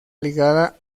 ligada